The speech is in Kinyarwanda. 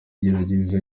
igerageza